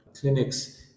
clinics